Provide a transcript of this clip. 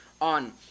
on